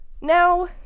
now